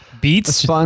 beats